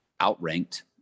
outranked